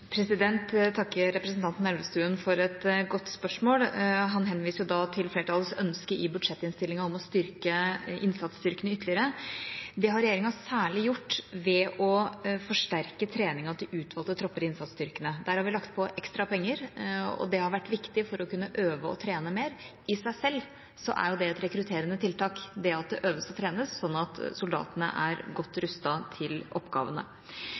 takker representanten Elvestuen for et godt spørsmål. Han henviser til flertallets ønske i budsjettinnstillinga om å styrke innsatsstyrkene ytterligere. Det har regjeringa særlig gjort ved å forsterke treninga til utvalgte tropper i innsatsstyrkene. Der har vi lagt på ekstra penger, og det har vært viktig for å kunne øve og trene mer. I seg selv er jo det et rekrutterende tiltak, det at det øves og trenes, sånn at soldatene er godt rustet til oppgavene.